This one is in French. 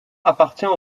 appartient